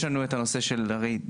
יש לנו את הנושא של דיירים,